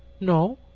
no.